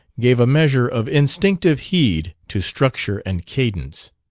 gave a measure of instinctive heed to structure and cadence.